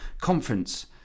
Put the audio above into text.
Conference